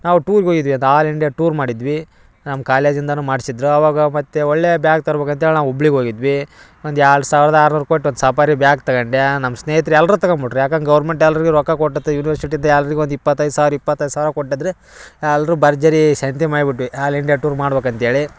ನಾವು ಟೂರ್ಗೆ ಹೋಗಿದ್ವಿ ಅಂತ ಆಲ್ ಇಂಡ್ಯಾ ಟೂರ್ ಮಾಡಿದ್ವಿ ನಮ್ಮ ಕಾಲೇಜಿಂದನು ಮಾಡ್ಸಿದ್ದರು ಆವಾಗ ಮತ್ತೆ ಒಳ್ಳೆಯ ಬ್ಯಾಗ್ ತರ್ಬೇಕು ಅಂತ್ಹೇಳಿ ನಾವು ಹುಬ್ಳಿಗೆ ಹೋಗಿದ್ವಿ ಒಂದು ಎರಡು ಸಾವಿರದ ಆರು ನೂರು ಕೊಟ್ಟು ಒಂದು ಸಪಾರಿ ಬ್ಯಾಗ್ ತಗೊಂಡೆ ನಮ್ಮ ಸ್ನೇಹಿತ್ರು ಎಲ್ಲರು ತಕೊಂಡು ಬಿಟ್ಟೆ ಯಾಕಂದ್ರೆ ಗೌರ್ಮೆಂಟ್ ಎಲ್ಲರಿಗೂ ರೊಕ್ಕ ಕೊಟ್ಟೈತಿ ಯೂನಿವರ್ಶಿಟಿಯಿಂದ ಎಲ್ಲರಿಗು ಒಂದು ಇಪತ್ತೈದು ಸಾವಿರ ಇಪ್ಪತ್ತೈದು ಸಾವಿರ ಕೊಟ್ಟಂದರೆ ಎಲ್ಲರು ಭರ್ಜರಿ ಸಂತೆ ಮಾಡ್ಬಿಟ್ವಿ ಆಲ್ ಇಂಡಿಯ ಟೂರ್ ಮಾಡ್ಬೇಕು ಅಂತ್ಹೇಳಿ